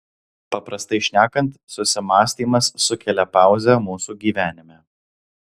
paprastai šnekant susimąstymas sukelia pauzę mūsų gyvenime